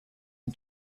and